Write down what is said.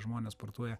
žmonės sportuoja